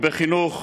בחינוך,